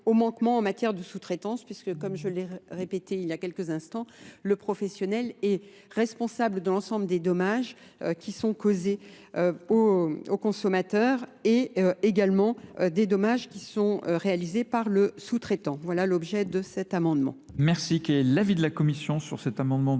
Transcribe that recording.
au manquement en matière de sous-traitance puisque, comme je l'ai répété il y a quelques instants, le professionnel est responsable de l'ensemble des dommages qui sont causés aux consommateurs et également des dommages qui sont réalisés par le sous-traitant. Voilà l'objet de cet amendement.